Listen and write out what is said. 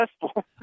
successful